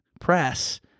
press